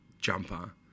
jumper